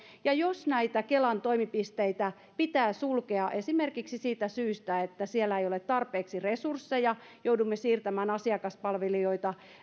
ja jos näitä kelan toimipisteitä pitää sulkea esimerkiksi siitä syystä että siellä ei ole tarpeeksi resursseja joudumme siirtämään asiakaspalvelijoita